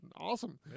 awesome